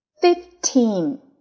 fifteen